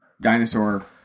Dinosaur